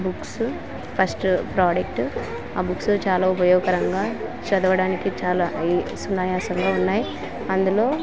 books first product ఆ books చాలా ఉపయోగకరంగా చదవడానికి చాలా ఈ సున్నాయాసంగా ఉన్నాయి అందులో